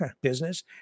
business